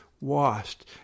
washed